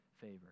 favor